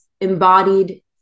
embodied